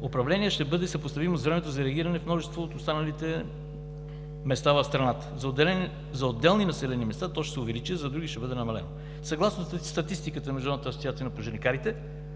управления, ще бъде съпоставимо с времето за реагиране в множество от останалите места на страната. За отделни населени места то ще се увеличи, а за други ще бъде намалено. Съгласно статистиката на Международната асоциация на пожарникарите